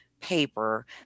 paper